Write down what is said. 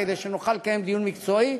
כדי שנוכל לקיים דיון מקצועי,